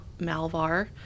Malvar